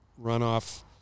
runoff